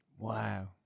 Wow